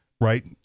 right